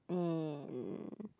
and